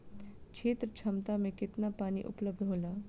क्षेत्र क्षमता में केतना पानी उपलब्ध होला?